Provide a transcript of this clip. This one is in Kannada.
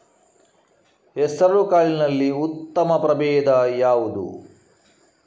ಹೆಸರುಕಾಳಿನಲ್ಲಿ ಉತ್ತಮ ಪ್ರಭೇಧ ಯಾವುದು?